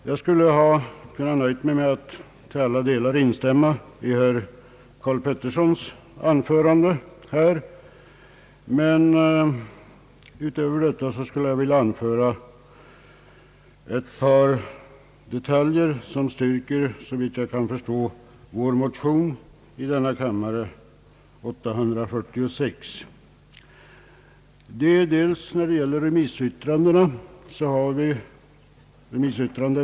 Jag skulle ha kunnat nöja mig med att till alla delar instämma i herr Karl Petterssons anförande, men utöver detta vill jag anföra ett par detaljer som, såvitt jag kan förstå, styrker vår motion nr 846 i denna kammare.